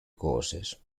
courses